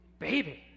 baby